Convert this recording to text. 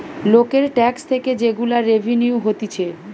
লোকের ট্যাক্স থেকে যে গুলা রেভিনিউ হতিছে